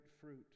fruit